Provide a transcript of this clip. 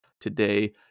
today